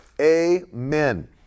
Amen